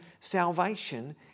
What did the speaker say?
salvation